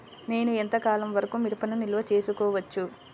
నేను ఎంత కాలం వరకు మిరపను నిల్వ చేసుకోవచ్చు?